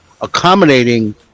accommodating